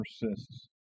persists